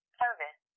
service